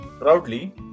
proudly